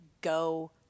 go